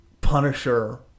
Punisher